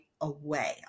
away